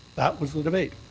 that was the debate.